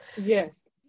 yes